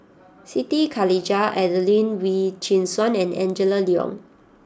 Siti Khalijah Adelene Wee Chin Suan and Angela Liong